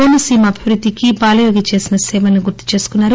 కోనసీమా అభివృద్దికి బాలయోగి చేసిన సేవలను గుర్తు చేసుకున్నారు